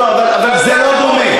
לא לא, אבל זה לא דומה.